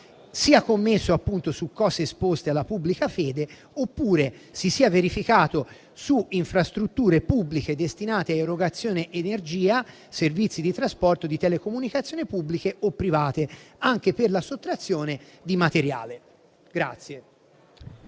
sia commesso su cose esposte alla pubblica fede oppure si sia verificato su infrastrutture pubbliche destinate a erogazione di energia o servizi di trasporto o di telecomunicazioni pubbliche o private, anche per la sottrazione di materiale. **Sui